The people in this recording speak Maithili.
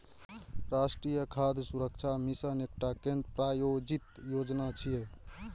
राष्ट्रीय खाद्य सुरक्षा मिशन एकटा केंद्र प्रायोजित योजना छियै